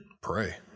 pray